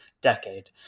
decade